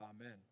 Amen